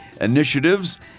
Initiatives